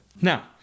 Now